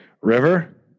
River